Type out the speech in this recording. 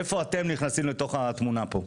איפה אתם נכנסים לתוך התמונה פה?